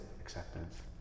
acceptance